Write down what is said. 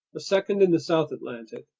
a second in the south atlantic,